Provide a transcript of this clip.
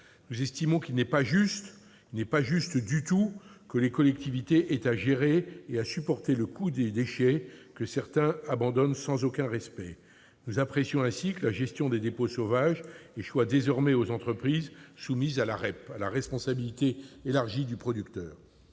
Nous estimons qu'il n'est pas du tout juste que les collectivités aient à gérer et à supporter le coût des déchets que certains abandonnent sans aucun respect. Nous apprécions ainsi que la gestion des dépôts sauvages échoie désormais aux entreprises soumises à la REP, à la responsabilité élargie du producteur.